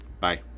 Bye